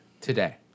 Today